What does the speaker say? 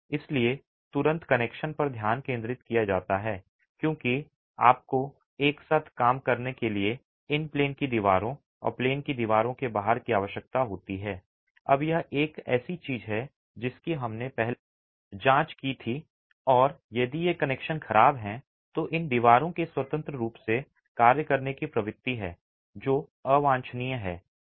इसलिए तुरंत कनेक्शन पर ध्यान केंद्रित किया जाता है क्योंकि आपको एक साथ काम करने के लिए इन प्लेन की दीवारों और प्लेन की दीवारों के बाहर की आवश्यकता होती है अब यह एक ऐसी चीज है जिसकी हमने पहले जांच की थी और यदि ये कनेक्शन खराब हैं तो इन दीवारों के स्वतंत्र रूप से कार्य करने की प्रवृत्ति है और जो अवांछनीय है